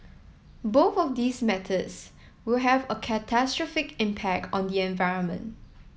both of these methods will have a catastrophic impact on the environment